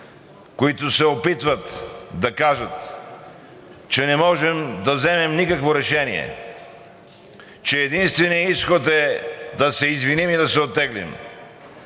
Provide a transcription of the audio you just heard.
които се опитват да кажат, че не можем да вземем никакво решение, че единственият изход е да се извиним и да се оттеглим.